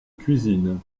cuisines